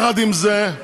עם זה,